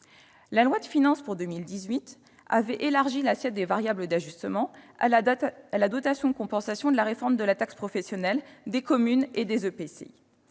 La loi de finances pour 2018 avait élargi l'assiette des variables d'ajustement à la dotation de compensation de la réforme de la taxe professionnelle des communes et des